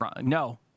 No